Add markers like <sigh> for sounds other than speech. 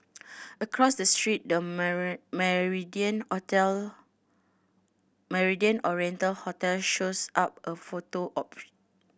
across the street the <unintelligible> Mandarin <unintelligible> Mandarin Oriental hotel shows up a photo op